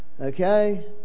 Okay